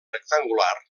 rectangular